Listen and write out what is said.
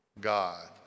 God